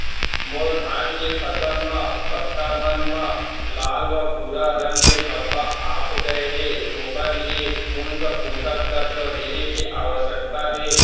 मोर धान के फसल म पत्ता मन म लाल व भूरा रंग के धब्बा आप गए हे ओखर लिए कोन स पोसक तत्व देहे के आवश्यकता हे?